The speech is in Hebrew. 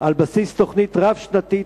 על בסיס תוכנית רב-שנתית,